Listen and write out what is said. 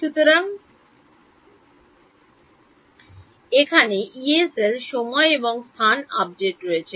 সুতরাং এখানে ইয়ে সেল সময় এবং স্থান আপডেট রয়েছে